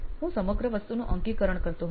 હું સમગ્ર વસ્તુનું અંકીકરણ કરતો હતો